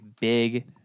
big